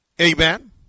amen